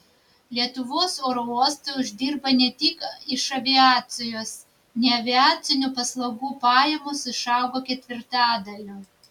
lietuvos oro uostai uždirba ne tik iš aviacijos neaviacinių paslaugų pajamos išaugo ketvirtadaliu